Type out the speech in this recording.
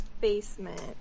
basement